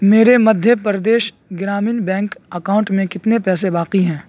میرے Madhya Pradesh Gramin Bank account میں کتنے پیسے باقی ہیں